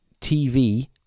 TV